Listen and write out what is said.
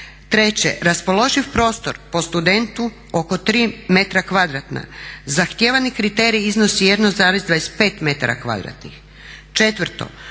Treće, raspoloživ prostor po studentu oko 3 metra kvadratna. Zahtijevani kriterij iznosi 1,25 metara kvadratnih. Četvrto,